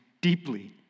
deeply